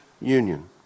union